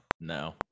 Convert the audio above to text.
No